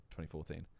2014